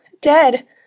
dead